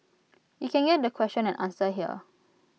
you can get the question and answer here